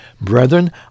Brethren